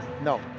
No